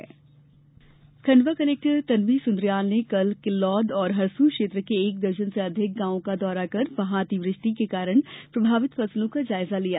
collector जायजा Khandwa collector Tanvi Sundriyal ने कल किल्लौद और हरसूद क्षेत्र के एक दर्जन से अधिक ग्रामों का दौरा कर वहां अतिवृष्टि के कारण प्रभावित फसलों का जायजा लिया